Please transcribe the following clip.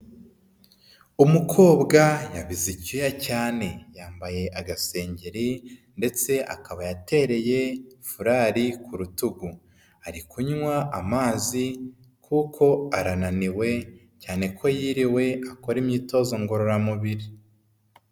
Umukobwa yabize icyuya cyane yambaye agasengeri ndetse akaba yatereye furari ku rutugu ari kunywa amazi kuko arananiwe cyane ko yiriwe akora imyitozo ngorora mubiri.